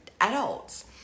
adults